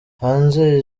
hanze